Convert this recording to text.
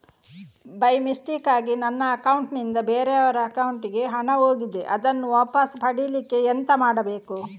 By ಮಿಸ್ಟೇಕಾಗಿ ನನ್ನ account ನಿಂದ ಬೇರೆಯವರ ಅಕೌಂಟ್ ಗೆ ಹಣ ಹೋಗಿದೆ ಅದನ್ನು ವಾಪಸ್ ಪಡಿಲಿಕ್ಕೆ ಎಂತ ಮಾಡಬೇಕು?